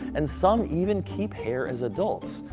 and some even keep hair as adults.